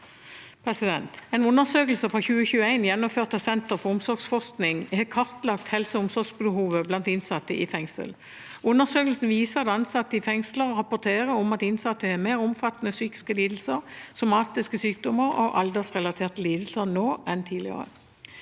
En undersøkelse fra 2021 gjennomført av Senter for omsorgsforskning har kartlagt helse- og omsorgsbehov blant innsatte i fengsel. Undersøkelsen viser at ansatte i fengsler rapporterer om at innsatte har mer omfattende psykiske lidelser, somatiske sykdommer og aldersrelaterte lidelser nå enn tidligere.